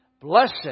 Blessed